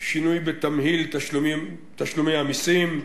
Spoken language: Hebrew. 2. שינוי בתמהיל תשלומי המסים,